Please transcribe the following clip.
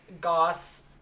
Goss